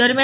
दरम्यान